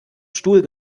stuhl